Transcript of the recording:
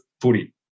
footy